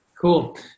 Cool